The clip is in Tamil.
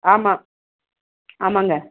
ஆமாம் ஆமாங்க